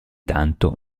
tanto